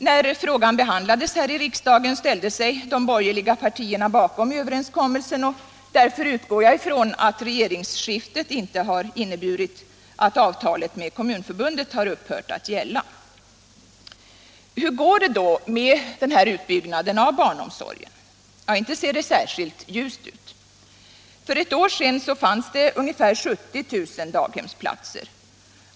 När frågan behandlades här i riksdagen ställde sig de borgerliga partierna bakom överenskommelsen, och därför utgår jag ifrån att regeringsskiftet inte har inneburit att avtalet med Kommunförbundet har upphört att gälla. Hur går det då med utbyggnaden av barnomsorgen? Ja, inte ser det särskilt ljust ut. För ett år sedan fanns det ungefär 70 000 daghemsplatser.